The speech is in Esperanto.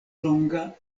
longa